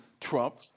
Trump